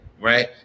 Right